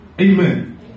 amen